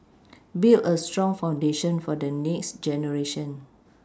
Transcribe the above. build a strong foundation for the next generation